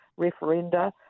referenda